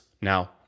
Now